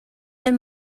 del